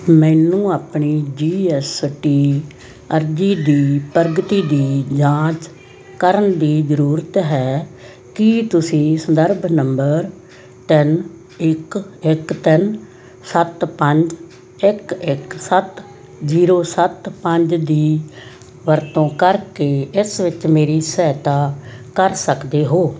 ਮੈਨੂੰ ਆਪਣੀ ਜੀਐੱਸਟੀ ਅਰਜ਼ੀ ਦੀ ਪ੍ਰਗਤੀ ਦੀ ਜਾਂਚ ਕਰਨ ਦੀ ਜ਼ਰੂਰਤ ਹੈ ਕੀ ਤੁਸੀਂ ਸੰਦਰਭ ਨੰਬਰ ਤਿੰਨ ਇੱਕ ਇੱਕ ਤਿੰਨ ਸੱਤ ਪੰਜ ਇੱਕ ਇੱਕ ਸੱਤ ਜ਼ੀਰੋ ਸੱਤ ਪੰਜ ਦੀ ਵਰਤੋਂ ਕਰਕੇ ਇਸ ਵਿੱਚ ਮੇਰੀ ਸਹਾਇਤਾ ਕਰ ਸਕਦੇ ਹੋ